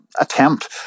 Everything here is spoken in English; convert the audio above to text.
attempt